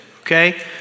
okay